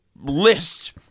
list